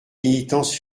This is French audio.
pénitences